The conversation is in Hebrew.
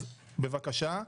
אז בבקשה.